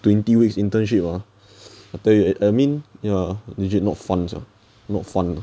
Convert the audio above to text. twenty weeks internship ah I tell you I mean ya legit not fun sia not fun